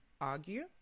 Argue